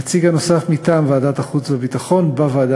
הנציג הנוסף מטעם ועדת החוץ והביטחון בוועדה